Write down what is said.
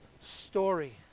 story